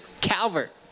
Calvert